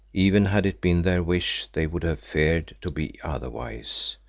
even had it been their wish, they would have feared to be otherwise,